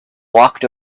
walked